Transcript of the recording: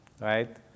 Right